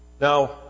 Now